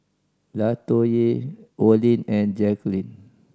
Latoyia Olin and Jacklyn